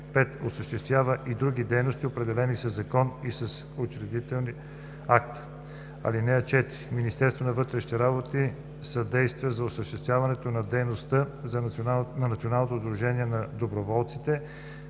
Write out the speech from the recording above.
5. осъществява и други дейности, определени със закон и с учредителния акт. (4) Министерството на вътрешните работи съдейства за осъществяването на дейността на националното сдружение на доброволците,